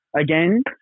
again